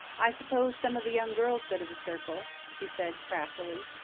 i suppose some of the young girls go to the circle? she said craftily.